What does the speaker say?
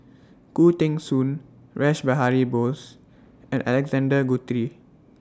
Khoo Teng Soon Rash Behari Bose and Alexander Guthrie